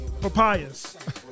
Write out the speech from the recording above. Papayas